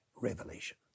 revelation